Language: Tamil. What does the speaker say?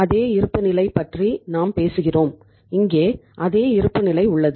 அதே இருப்புநிலை பற்றி நாம் பேசுகிறோம் இங்கே அதே இருப்புநிலை உள்ளது